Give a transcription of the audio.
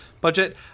budget